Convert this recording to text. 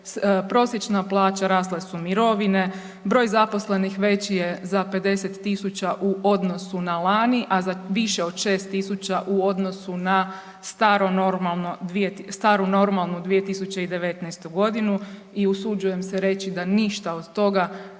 prosječna plaća rasle su mirovine, broj zaposlenih veći je za 50.000 u odnosu na lani, a za više 6.000 u odnosu na staro normalno, staru normalnu 2019. godinu. I usuđujem se reći da ništa od toga